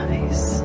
Nice